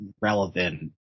relevant